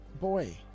boy